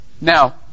Now